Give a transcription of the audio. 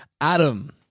Adam